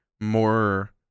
more